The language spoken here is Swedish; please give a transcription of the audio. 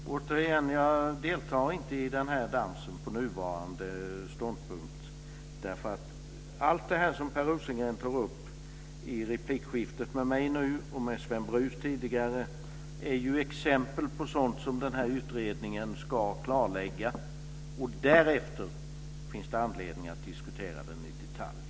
Fru talman! Återigen säger jag att jag inte deltar i den här dansen med nuvarande ståndpunkt. Allt det som Per Rosengren har tagit upp i replikskiftena med mig nu och med Sven Brus tidigare är ju exempel på sådant som den här utredningen ska klarlägga. Därefter finns det anledning att diskutera det här i detalj.